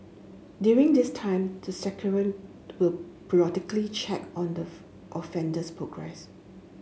during this time the will periodically check on the offender's progress